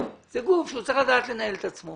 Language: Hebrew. זה גוף שהוא צריך לדעת לנהל את עצמו.